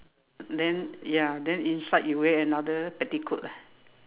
then ya then inside you wear another petticoat ah